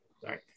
Sorry